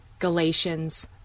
Galatians